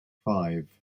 five